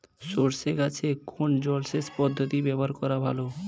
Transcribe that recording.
সরষে গাছে কোন জলসেচ পদ্ধতি ব্যবহার করা ভালো?